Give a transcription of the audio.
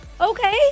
Okay